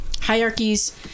hierarchies